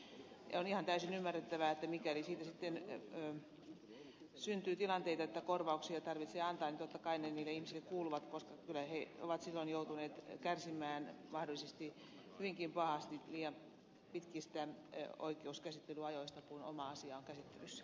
on ihan täysin ymmärrettävää että mikäli siitä sitten syntyy sellaisia tilanteita että korvauksia tarvitsee antaa niin totta kai ne niille ihmisille kuuluvat koska kyllä he ovat silloin joutuneet kärsimään mahdollisesti hyvinkin pahasti liian pitkistä oikeuskäsittelyajoista kun oma asia on käsittelyssä